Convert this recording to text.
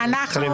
את בחריגה גדולה.